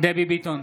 דבי ביטון,